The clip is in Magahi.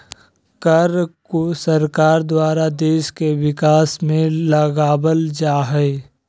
कर को सरकार द्वारा देश के विकास में लगावल जा हय